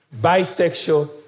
bisexual